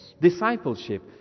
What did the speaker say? Discipleship